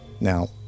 Now